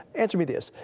answer me this.